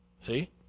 See